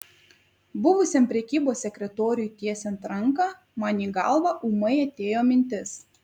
buvusiam prekybos sekretoriui tiesiant ranką man į galvą ūmai atėjo mintis